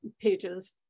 pages